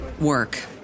work